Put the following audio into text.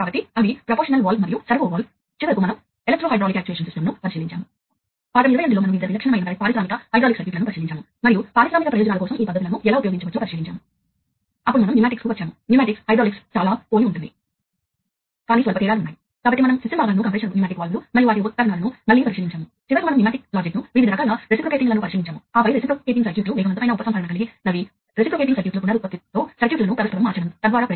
కాబట్టి ఏమి జరుగుతుందంటే ఉదాహరణకు ఈ రేఖాచిత్రాన్ని చూడండి ఇక్కడ మీకు అనేక పరికరాలు ఉన్నాయి ప్రతి పరికరం నుండి ఒక జత వైర్లు వెళ్తాయి మరియు ఇవి జంక్షన్ బాక్స్ కు అనుసంధానించబడతాయి మరియు అక్కడ నుండి అవి వైరింగ్ వాహిక గుండా వెళతాయి కాబట్టి ప్రతి పరికరం మీకు ఒక జత వైర్లు కలిగి ఉంటే అవి మార్షల్లింగ్ బాక్స్ లోకి ప్రవేశించి చివరకు కంట్రోలర్ Io కార్డుకు కనెక్ట్ అవుతాయి